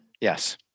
Yes